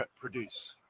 produce